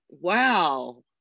wow